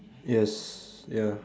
yes ya